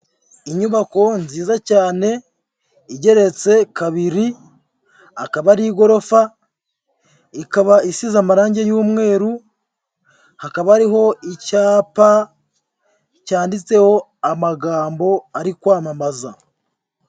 Inyubako nziza cyane igeretse kabiri, akaba ari igorofa, ikaba isize amarangi y'umweru, hakaba ariho icyapa cyanditseho amagambo ari kwamamaza.